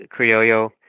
Criollo